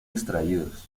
extraídos